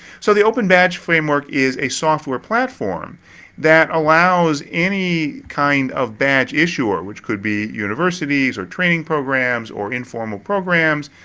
so, the open badge framework is a software platform that allows any kind of badge issuer, which could be universities or training programs or informal programs,